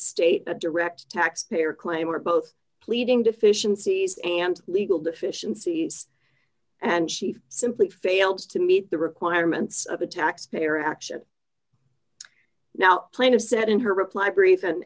state that direct taxpayer claim are both pleading deficiencies and legal deficiencies and she simply fails to meet the requirements of a taxpayer action now plan of said in her reply brief